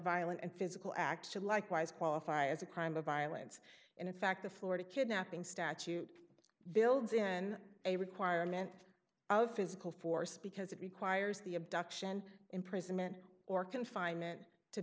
violent and physical action likewise qualify as a crime of violence and in fact the florida kidnapping statute builds in a requirement of physical force because it requires the abduction imprisonment or confinement to